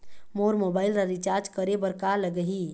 मोर mobile ला recharge करे बर का लगही?